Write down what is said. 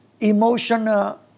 emotional